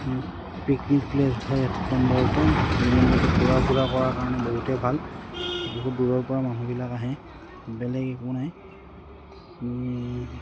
picnic place ঘূৰা ফুৰা কৰাৰ কাৰণে বহুতে ভাল বহুত দূৰৰপৰা মানুহবিলাক আহে বেলেগ একো নাই